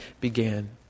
began